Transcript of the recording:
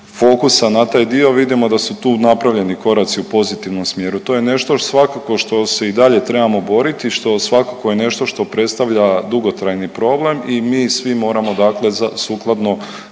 fokusa na taj dio, vidimo da su tu napravljeni koraci u pozitivnom smjeru. To je nešto svakako što se i dalje trebamo boriti, što svakako je nešto što predstavlja dugotrajni problem i mi svi moramo dakle sukladno